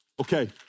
Okay